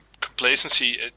complacency